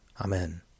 Amen